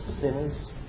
sinners